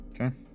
Okay